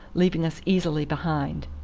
leaving us easily behind.